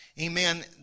amen